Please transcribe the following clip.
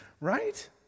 right